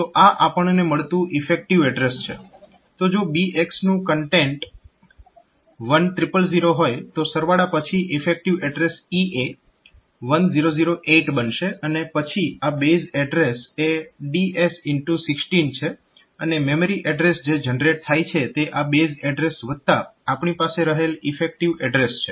તો આ આપણને મળતું ઈફેક્ટીવ એડ્રેસ છે તો જો BX નું કન્ટેન્ટ 1000 હોય તો સરવાળા પછી ઈફેક્ટીવ એડ્રેસ EA 1008 બનશે અને પછી આ બેઝ એડ્રેસ એ DS x 16 છે અને મેમરી એડ્રેસ જે જનરેટ થાય છે તે આ બેઝ એડ્રેસ વત્તા આપણી પાસે રહેલ ઈફેક્ટીવ એડ્રેસ છે